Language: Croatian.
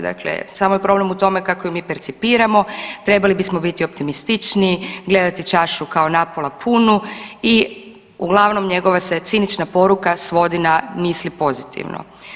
Dakle, samo je problem u tome kako je mi percipiramo, trebali bismo biti optimističniji, gledati čašu kao napola punu i uglavnom njegova se cinična poruka svodi na misli pozitivno.